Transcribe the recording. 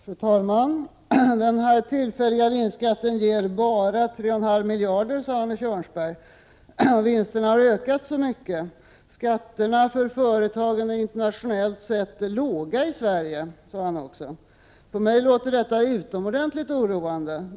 Fru talman! Denna tillfälliga vinstskatt ger bara 3,5 miljarder, sade Arne Kjörnsberg. Vinsterna har ökat så mycket. Skatterna för företagen är internationellt sett låga i Sverige, sade han också. För mig låter detta utomordentligt oroande.